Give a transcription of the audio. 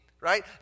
Right